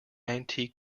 antique